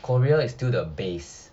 korea is still the base